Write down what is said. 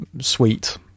sweet